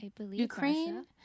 Ukraine